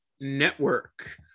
Network